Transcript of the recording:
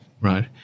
Right